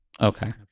Okay